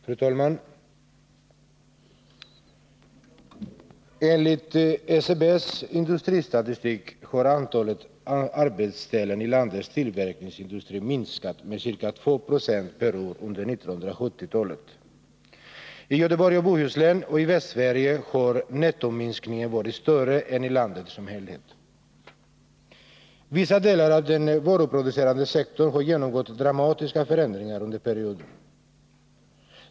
Fru talman! Enligt SCB:s industristatistik har antalet arbetsställen i landets tillverkningsindustri minskat med ca 2 96 per år under 1970-talet. I Göteborgs och Bohus län och i Västsverige har nettominskningen varit större än i landet som helhet. Vissa delar av den varuproducerande sektorn har genomgått dramatiska förändringar under perioden.